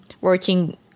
working